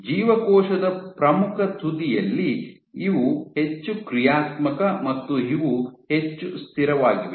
ಜೀವಕೋಶದ ಪ್ರಮುಖ ತುದಿಯಲ್ಲಿ ಇವು ಹೆಚ್ಚು ಕ್ರಿಯಾತ್ಮಕ ಮತ್ತು ಇವು ಹೆಚ್ಚು ಸ್ಥಿರವಾಗಿವೆ